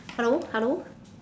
hello hello